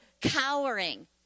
cowering